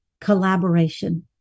collaboration